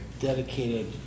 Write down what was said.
dedicated